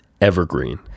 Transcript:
Evergreen